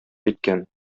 киткән